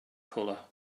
color